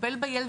לטפל בילד,